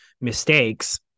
mistakes